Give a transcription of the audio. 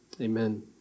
Amen